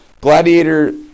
gladiator